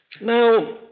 Now